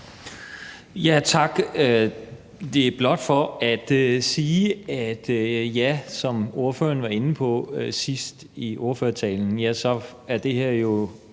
(V): Det er blot for at sige, at som ordføreren var inde på til sidst i sin ordførertale, er det her jo